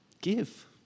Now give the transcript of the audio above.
give